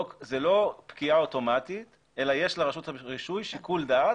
זאת לא פקיעה אוטומטית אלא יש לרשות הרישוי שיקול דעת